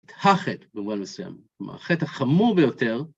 החטא במובן מסוים, כלומר, החטא החמור ביותר.